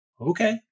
okay